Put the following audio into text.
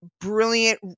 brilliant